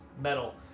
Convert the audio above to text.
metal